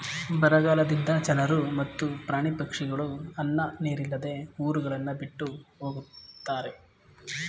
ಬರಗಾಲದಿಂದ ಜನರು ಮತ್ತು ಪ್ರಾಣಿ ಪಕ್ಷಿಗಳು ಅನ್ನ ನೀರಿಲ್ಲದೆ ಊರುಗಳನ್ನು ಬಿಟ್ಟು ಹೊಗತ್ತರೆ